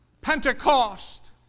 Pentecost